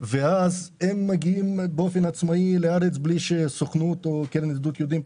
ואז הם מגיעים באופן עצמאי לארץ בלי שהסוכנות או הקרן לידידות יודעים.